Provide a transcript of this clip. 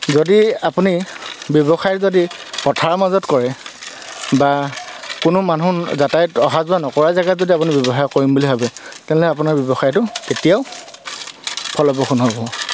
যদি আপুনি ব্যৱসায় যদি পথাৰৰ মাজত কৰে বা কোনো মানুহ যাতায়ত অহা যোৱা নকৰা জেগাত যদি আপুনি ব্যৱসায় কৰিম বুলি ভাবে তেনেহ'লে আপোনাৰ ব্যৱসায়টো কেতিয়াও ফলপ্ৰসু নহ'ব